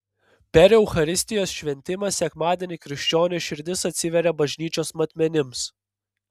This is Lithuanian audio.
per eucharistijos šventimą sekmadienį krikščionio širdis atsiveria bažnyčios matmenims